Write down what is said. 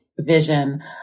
vision